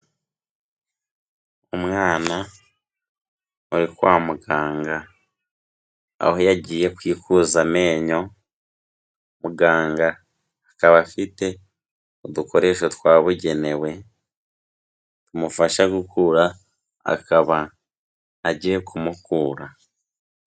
Umwana uri kwa muganga aho yagiye kwikuza amenyo muganga akaba afite udukoresho twabugenewe tumufasha gukura akaba agiye kumukura.